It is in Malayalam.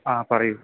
ആ പറയൂ